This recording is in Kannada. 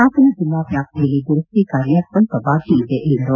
ಹಾಸನ ಜಿಲ್ಲಾ ವ್ಯಾಪ್ತಿಯಲ್ಲಿ ದುರಸ್ತಿ ಕಾರ್ಯ ಸ್ವಲ್ಪ ಬಾಕಿ ಇದೆ ಎಂದರು